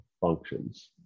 functions